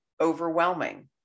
overwhelming